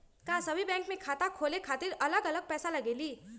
का सभी बैंक में खाता खोले खातीर अलग अलग पैसा लगेलि?